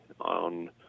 on